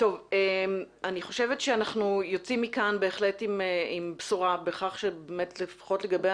אנחנו בהחלט יוצאים מכאן עם בשורה בכך שלפחות לגבי